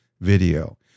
video